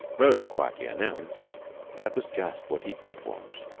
roland quietly announced that was just what he did want,